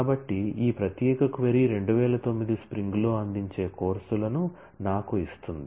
కాబట్టి ఈ ప్రత్యేక క్వరీ 2009 స్ప్రింగ్ లో అందించే కోర్సులను నాకు ఇస్తుంది